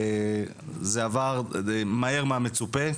זה עבר מהר מהמצופה.